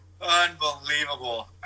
Unbelievable